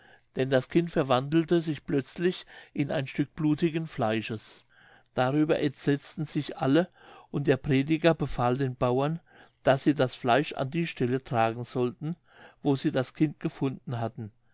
denn das kind verwandelte sich plötzlich in ein stück blutigen fleisches darüber entsetzten sich alle und der prediger befahl den bauern daß sie das fleisch an die stelle tragen sollten wo sie das kind gefunden hatten